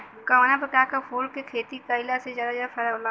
कवना प्रकार के फूल के खेती कइला से ज्यादा फायदा होला?